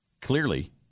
Clearly